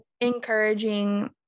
encouraging